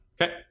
Okay